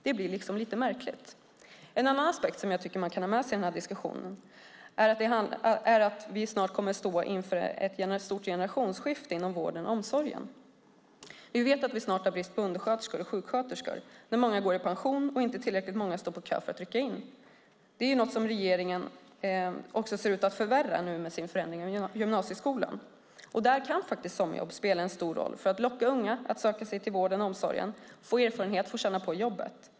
Det blir liksom lite märkligt. En annan aspekt jag tycker att man kan ha med sig i denna diskussion är att vi snart kommer att stå inför ett stort generationsskifte inom vården och omsorgen. Vi vet att vi snart har brist på undersköterskor och sjuksköterskor när många går i pension och inte tillräckligt många står på kö för att rycka in. Det är något som regeringen också ser ut att förvärra nu med sin förändring av gymnasieskolan. Där kan faktiskt sommarjobb spela en stor roll för att locka unga att söka sig till vården och omsorgen, få erfarenhet och få känna på jobbet.